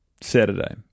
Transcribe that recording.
Saturday